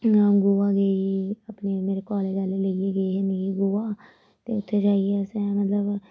अ'ऊं गोवा गेई ही अपने मेरे कालेज आह्ले लेइयै गे हे मिगी गोवा ते उत्थै जाइयै असें मतलब